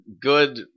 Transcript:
good